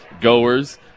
goers